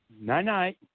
Night-night